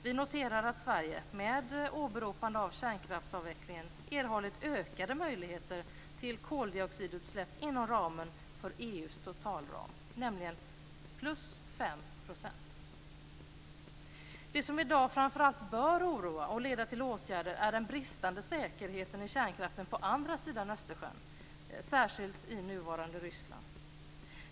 Vi noterar att Sverige, med åberopande av kärnkraftsavvecklingen, erhållit ökade möjligheter till koldioxidutsläpp inom ramen för EU:s totalram, nämligen plus 5 %. Det som i dag framför allt bör oroa och leda till åtgärder är den bristande säkerheten i kärnkraftverken på andra sidan Östersjön, särskilt i nuvarande Ryssland.